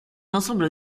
ensemble